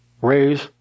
Raise